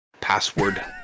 password